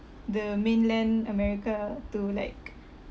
the mainland america to like